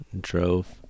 drove